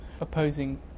opposing